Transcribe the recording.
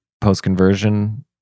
post-conversion